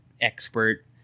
expert